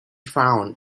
found